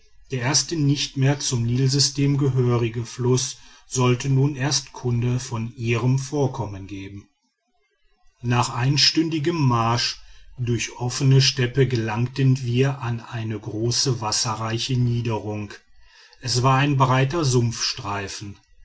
der erste nicht mehr zum nilsystem gehörige fluß sollte nun erst kunde von ihrem vorkommen geben nach einstündigem marsch durch offene steppe gelangten wir an eine große wasserreiche niederung es war ein breiter